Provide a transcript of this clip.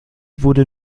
wurde